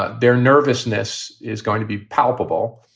ah their nervousness is going to be palpable.